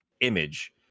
image